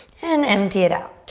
and empty it out.